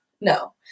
no